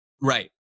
Right